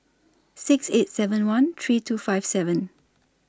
six eight seven one three two five seven